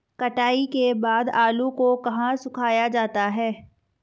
कटाई के बाद आलू को कहाँ सुखाया जाता है?